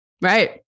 Right